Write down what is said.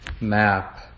Map